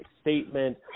statement